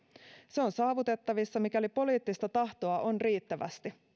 se on saavutettavissa mikäli poliittista tahtoa on riittävästi